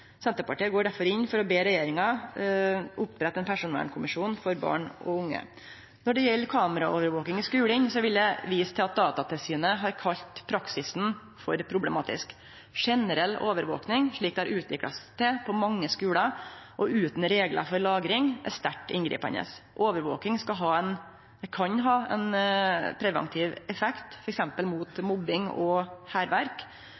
Senterpartiet går difor inn for å be regjeringa opprette ein personvernkommisjon for barn og unge. Når det gjeld kameraovervaking i skulen, vil eg vise til at Datatilsynet har kalla praksisen for problematisk. Generell overvaking, slik det har utvikla seg til på mange skular – og utan reglar for lagring – er sterkt inngripande. Overvaking kan ha ein preventiv effekt, f.eks. mot